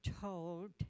told